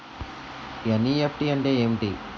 NEFT అంటే ఏమిటి?